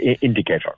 indicator